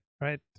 right